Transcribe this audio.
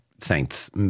saints